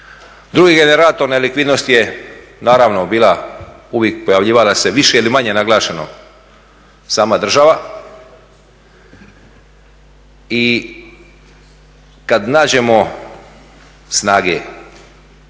Drugi generator nelikvidnosti je naravno bila, uvijek pojavljivala se više ili manje naglašeno sama država i kad nađemo snage